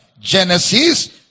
Genesis